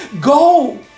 Go